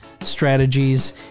strategies